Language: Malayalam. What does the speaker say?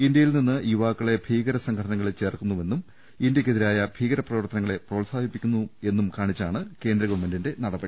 ഇന്ത്യയിൽ നിന്ന് യുവാക്കളെ ഭീകര സംഘടനകളിൽ ചേർക്കുന്നെന്നും ഇന്ത്യക്കെതിരായ ഭീകര പ്രവർത്തന ങ്ങളെ പ്രോത്സാഹിപ്പിക്കുന്നതായും കാണിച്ചാണ് കേന്ദ്ര ഗവൺമെന്റ് നടപടി